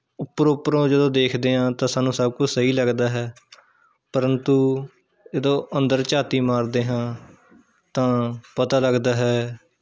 ਉੱਪਰੋਂ ਉੱਪਰੋਂ ਜਦੋਂ ਦੇਖਦੇ ਹਾਂ ਤਾਂ ਸਾਨੂੰ ਸਭ ਕੁਛ ਸਹੀ ਲੱਗਦਾ ਹੈ ਪ੍ਰੰਤੂ ਜਦੋਂ ਅੰਦਰ ਝਾਤੀ ਮਾਰਦੇ ਹਾਂ ਤਾਂ ਪਤਾ ਲੱਗਦਾ ਹੈ